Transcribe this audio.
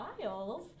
files